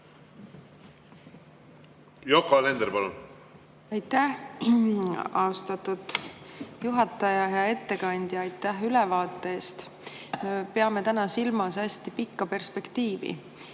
Yoko Alender, palun! Aitäh, austatud juhataja! Hea ettekandja, aitäh ülevaate eest! Me peame täna silmas hästi pikka perspektiivi.